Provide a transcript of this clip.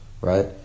right